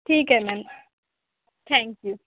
ठीक आहे ma'am thank you